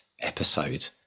episode